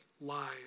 lies